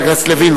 אתם רואים.